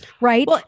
right